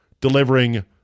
delivering